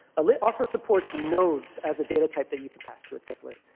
ah lit also supports nodes as a data type that you can pass to a template.